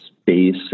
space